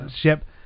ship